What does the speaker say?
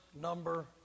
number